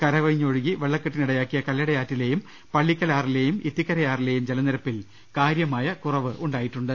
കർകവിഞ്ഞൊഴുകി വെള്ളക്കെട്ടിന് ഇട യാക്കിയ കല്ലടയാറ്റിലെയും പള്ളിക്കലാറിലെയും ഇത്തിക്കരയാറിലെയും ജലനിരപ്പിൽ കാര്യമായ കുറവുണ്ടായിട്ടുണ്ട്